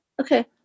Okay